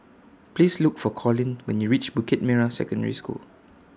Please Look For Collin when YOU REACH Bukit Merah Secondary School